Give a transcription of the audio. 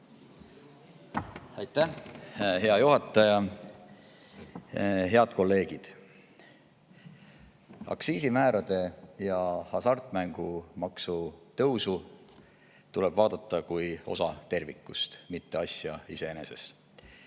Aitäh, hea juhataja! Head kolleegid! Aktsiisimäärade ja hasartmängumaksu tõusu tuleb vaadata kui osa tervikust, mitte asja iseeneses,